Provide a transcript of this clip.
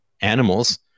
animals